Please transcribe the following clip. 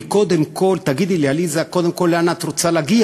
תגידי לי, עליסה, קודם כול, לאן את רוצה להגיע.